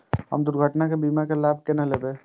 हम दुर्घटना के बीमा के लाभ केना लैब?